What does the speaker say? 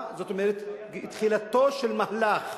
תחילתו של מהלך,